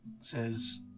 says